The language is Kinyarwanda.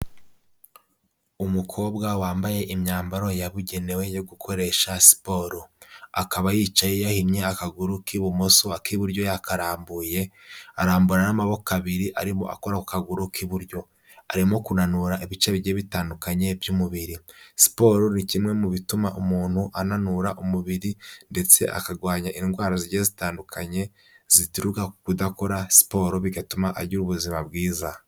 Umukobwa wambaye imyambaro yabugenewe yo gukoresha siporo, akaba yicaye yahimye akaguru k'ibumoso ak'iburyo yakararambuye, arambura n'amaboko abiri arimo akora ku kaguru k'iburyo, arimo kunanura ibice bigiye bitandukanye by'umubiri. Siporo ni kimwe mu bituma umuntu ananura umubiri ndetse akarwanya indwara zigiye zitandukanye zituruka ku kudakora siporo bigatuma agira ubuzima bwiza.